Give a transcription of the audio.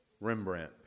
Rembrandt